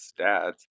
stats